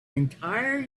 entire